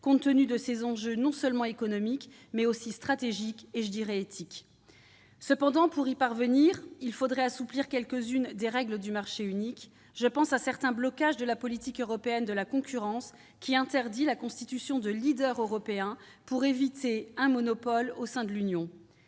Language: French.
compte tenu de ses enjeux non seulement économiques mais aussi stratégiques, et j'ajouterai éthiques. Cependant, pour y parvenir, il faudrait assouplir quelques-unes des règles du marché unique. Je pense à certains blocages de la politique européenne de la concurrence, qui interdit la constitution de leaders européens pour éviter un monopole au sein de l'Union.